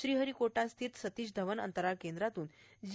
श्रीहरीकोटा स्थित सतीश धवन अंतराळ केंद्रातून जी